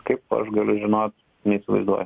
kaip aš galiu žinot neįsivaizduoju